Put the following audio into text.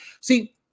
see